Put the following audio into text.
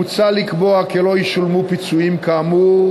מוצע לקבוע כי לא ישולמו פיצויים כאמור